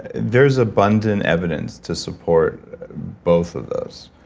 there's abundant evidence to support both of those,